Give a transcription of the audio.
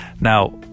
now